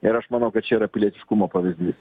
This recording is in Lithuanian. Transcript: ir aš manau kad čia yra pilietiškumo pavyzdys